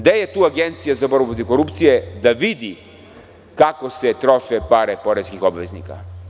Gde je tu Agencija za borbu protiv korupcije da vidi kako se troše pare poreskih obveznika?